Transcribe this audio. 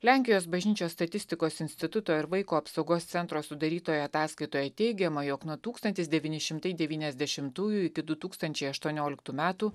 lenkijos bažnyčios statistikos instituto ir vaiko apsaugos centro sudarytoje ataskaitoje teigiama jog nuo tūkstantis devyni šimtai devyniasdešimtųjų iki du tūkstančiai aštuonioliktų metų